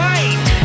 Right